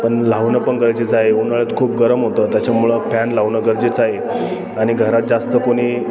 पण लावणं पण गरजेचं आहे उन्हाळ्यात खूप गरम होतं त्याच्यामुळं फॅन लावणं गरजेचं आहे आणि घरात जास्त कोणी